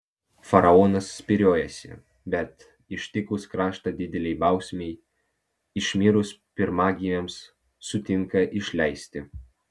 faraonas spyriojasi bet ištikus kraštą didelei bausmei išmirus pirmagimiams sutinka išleisti